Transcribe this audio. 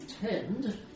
tend